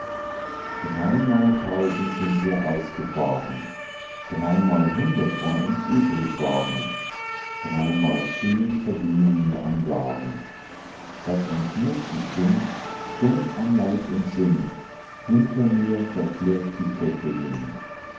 dreimal tausend sind wir ausgefahren dreimal hundert von uns übrig waren dreimal zehn vergingen mir an jahren daß ein knecht ich bin stumpf an leib und sinn hinter mir da klirrt die kette hin